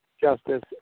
justice